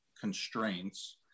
constraints